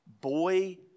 Boy